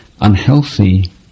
unhealthy